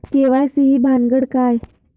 KYC ही भानगड काय?